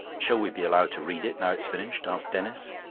shall we be allowed to read it now it's finished? asked denis.